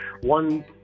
one